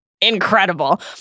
Incredible